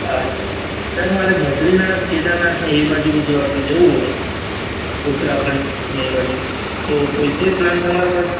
અચ્છા સર મારે બદ્રીનાથ કેદારનાથને એ બાજુ બીજે આપણે જવું હોય ઉત્તરાખંડને એ બાજુ તો કોઈ છે પ્લાન તમારા પાસે